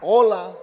Hola